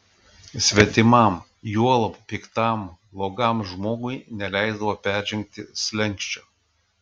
svetimam juolab piktam blogam žmogui neleisdavo peržengti slenksčio